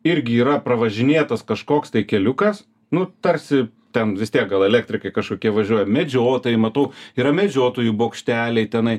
irgi yra pravažinėtas kažkoks tai keliukas nu tarsi ten vis tiek gal elektrikai kažkokie važiuoja medžiotojai matau yra medžiotojų bokšteliai tenai